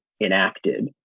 enacted